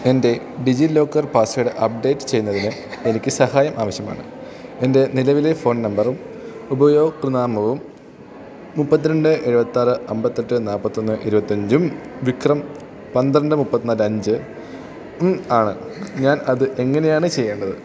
എൻ്റെ DigiLocker password update ചെയ്യുന്നതിന് എനിക്ക് സഹായം ആവശ്യമാണ് എൻ്റെ നിലവിലെ ഫോൺ നമ്പറും ഉപയോക്തൃനാമവും മുപ്പത്തിരണ്ട് എഴുപത്താറ് അമ്പത്തെട്ട് നാൽപ്പത്തൊന്ന് ഇരുപത്തഞ്ചും വിക്രം പന്ത്രണ്ട് മുപ്പത്തിനാൽ അഞ്ചും ആണ് ഞാൻ അത് എങ്ങനെയാണ് ചെയ്യേണ്ടത്